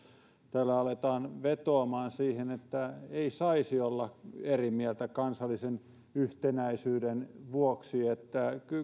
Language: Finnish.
täällä aletaan vetoamaan siihen että ei saisi olla eri mieltä kansallisen yhtenäisyyden vuoksi